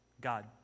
God